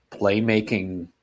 playmaking